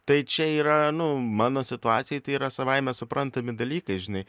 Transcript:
tai čia yra nu mano situacijoj tai yra savaime suprantami dalykai žinai